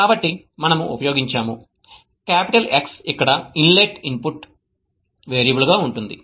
కాబట్టి మనము ఉపయోగించాము కాపిటల్ X ఇక్కడ ఇన్లెట్ ఇన్పుట్ వేరియబుల్ గా ఉంటుంది